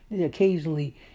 Occasionally